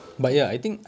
okay